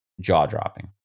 jaw-dropping